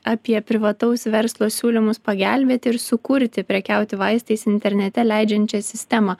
apie privataus verslo siūlymus pagelbėti ir sukurti prekiauti vaistais internete leidžiančią sistemą